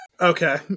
Okay